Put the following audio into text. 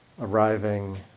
arriving